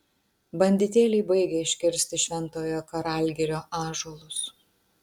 banditėliai baigia iškirsti šventojo karalgirio ąžuolus